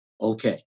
Okay